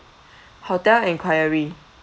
hotel enquiry